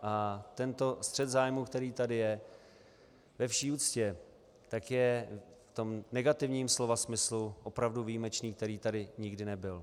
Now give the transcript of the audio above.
A tento střet zájmů, který tady je, ve vší úctě je v tom negativním slova smyslu opravdu výjimečný, jaký tady nikdy nebyl.